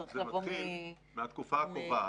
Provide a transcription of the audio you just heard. זה צריך לבוא -- מהתקופה הקובעת.